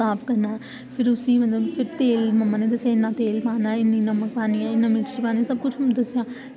करना ते फिर उसी नमक ते तेल ते नमक पानी सब कुछ मिक्स